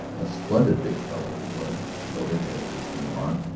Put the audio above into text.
a splendid big fellow he was, she noted as he came on,